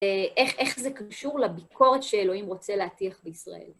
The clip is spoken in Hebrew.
איך זה קשור לביקורת שאלוהים רוצה להתיח בישראל?